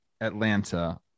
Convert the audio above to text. Atlanta